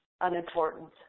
unimportant